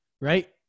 right